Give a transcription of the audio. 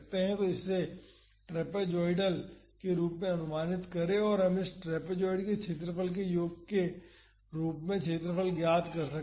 तो इसे ट्रॅपेजोइडल के रूप में अनुमानित करें और हम इस ट्रापेज़ोइड के क्षेत्रफल के योग के रूप में क्षेत्रफल ज्ञात कर सकते हैं